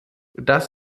das